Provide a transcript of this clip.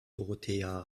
dorothea